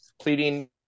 pleading